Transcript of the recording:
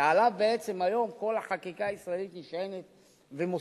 שעליו בעצם היום כל החקיקה הישראלית נשענת ומוסיפה.